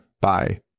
Bye